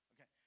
Okay